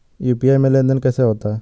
UPI में लेनदेन कैसे होता है?